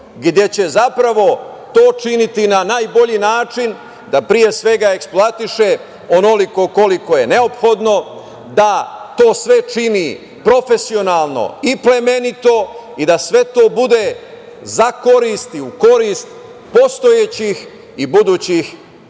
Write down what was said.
gde će zapravo to činiti na najbolji način, da pre svega eksploatiše onoliko koliko je neophodno, da to sve čini profesionalno i plemenito i da sve to bude za korist i u korist postojećih i budućih